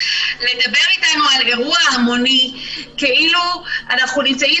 לדבר איתנו על אירוע המוני כאילו אנחנו נמצאים